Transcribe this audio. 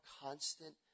constant